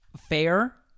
fair